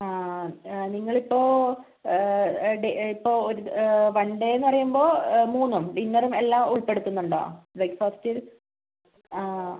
ആ നിങ്ങളിപ്പോൾ a day ഇപ്പോൾ ഒരു വൺ ഡേന്നു പറയുമ്പോൾ മൂന്നും ഡിന്നറും എല്ലാം ഉൾപ്പെടുത്തുന്നുണ്ടോ ബ്രേക്ഫാസ്റ്റിൽ